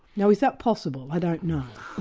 now is that possible? i don't know.